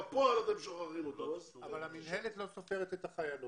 אבל המינהלת לא סופרת את החיילות.